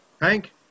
Hank